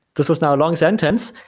this was now a long sentence.